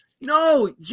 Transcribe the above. No